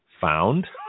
found